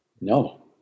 no